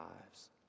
lives